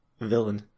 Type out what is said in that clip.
villain